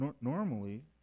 normally